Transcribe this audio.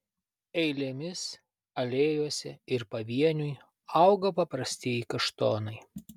eilėmis alėjose ir pavieniui auga paprastieji kaštonai